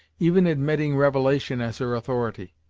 even admitting revelation as her authority.